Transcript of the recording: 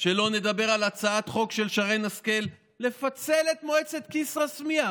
שלא נדבר על הצעת חוק של שרן השכל לפצל את מועצת כסרא-סמיע,